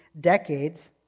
decades